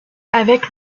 avec